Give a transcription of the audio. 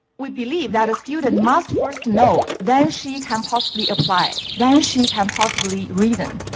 we believe that a student must first know, then she can possibly apply, then she can possibly reason.